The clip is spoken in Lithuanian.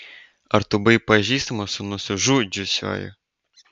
ar tu buvai pažįstamas su nusižudžiusiuoju